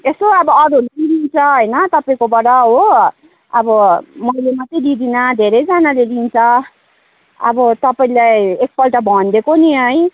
यसो अब अरूहरूले पनि लिन्छ हैन तपाईँको बाट हो अब मैले मात्रै लिदिनँ धेरैजनाले लिन्छ अब तपाईँलाई एकपल्ट भनिदिएको नि है